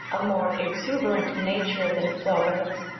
a more exuberant nature than flaubert's.